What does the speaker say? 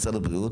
משרד הבריאות,